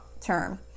term